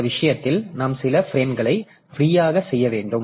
அந்த விஷயத்தில் நாம் சில பிரேம்களை ஃப்ரீயாக செய்ய வேண்டும்